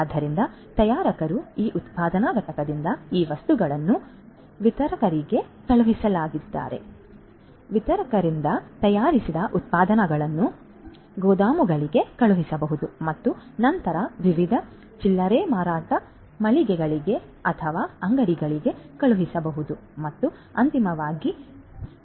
ಆದ್ದರಿಂದ ತಯಾರಕರು ಈ ಉತ್ಪಾದನಾ ಘಟಕದಿಂದ ಈ ವಸ್ತುಗಳನ್ನು ವಿತರಕರಿಗೆ ಕಳುಹಿಸಲಿದ್ದಾರೆ ವಿತರಕರಿಂದ ತಯಾರಿಸಿದ ಉತ್ಪನ್ನಗಳನ್ನು ಗೋದಾಮುಗಳಿಗೆ ಕಳುಹಿಸಬಹುದು ಮತ್ತು ನಂತರ ವಿವಿಧ ಚಿಲ್ಲರೆ ಮಾರಾಟ ಮಳಿಗೆಗಳು ಅಥವಾ ಅಂಗಡಿಗಳಿಗೆ ಕಳುಹಿಸಬಹುದು ಮತ್ತು ಅಂತಿಮವಾಗಿ ಕೊನೆಯವರೆಗೆ ಗ್ರಾಹಕರು